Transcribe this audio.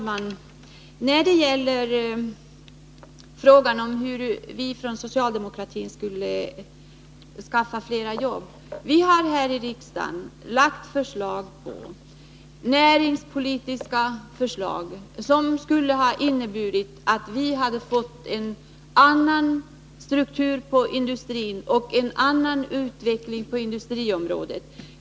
Herr talman! På frågan om hur socialdemokratin skulle skaffa flera jobb vill jag svara att vi här i riksdagen har lagt fram näringspolitiska förslag som skulle ha inneburit en annan struktur och en annan utveckling på industriområdet.